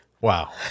Wow